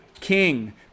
King